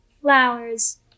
flowers